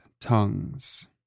tongues